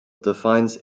defines